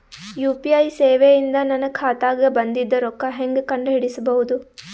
UPI ಸೇವೆ ಇಂದ ನನ್ನ ಖಾತಾಗ ಬಂದಿದ್ದ ರೊಕ್ಕ ಹೆಂಗ್ ಕಂಡ ಹಿಡಿಸಬಹುದು?